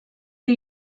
que